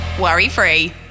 worry-free